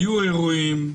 היו אירועים.